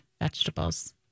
vegetables